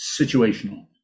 situational